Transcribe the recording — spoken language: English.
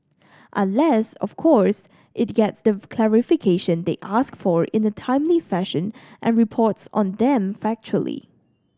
unless of course it gets the clarification they ask for in a timely fashion and reports on them factually